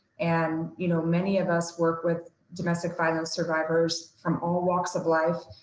and you know, many of us work with domestic violence survivors from all walks of life.